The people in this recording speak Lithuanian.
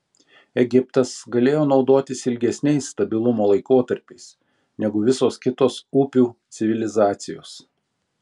egiptas galėjo naudotis ilgesniais stabilumo laikotarpiais negu visos kitos upių civilizacijos